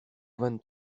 vingt